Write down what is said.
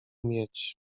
mieć